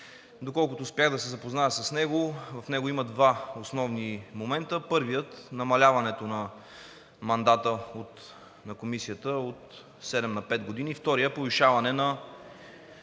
Доколкото успях да се запозная с него, там има два основни момента – първият, намаляването мандата на Комисията от седем на пет години. Вторият, повишаване на